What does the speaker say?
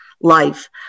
life